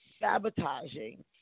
sabotaging